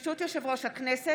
חברות וחברי הכנסת,